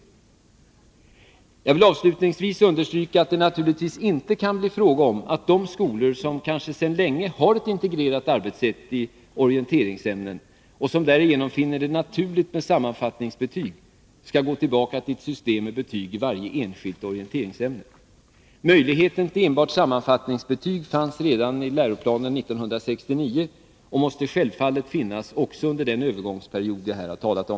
naturorienterande Jag vill avslutningsvis understryka att det naturligtvis inte kan bli fråga om ämnen att de skolor som, kanske sedan länge, har ett integrerat arbetssätt i orienteringsämnen och som därigenom finner det naturligt med sammanfatt ningsbetyg skall gå tillbaka till ett system med betyg i varje enskilt redan i Lgr 69 och måste självfallet finnas också under den övergångsperiod jag här har talat om.